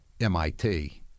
MIT